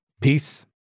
Peace